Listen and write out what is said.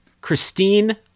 Christine